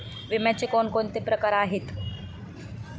विम्याचे कोणकोणते प्रकार आहेत?